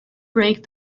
break